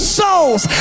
souls